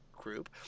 group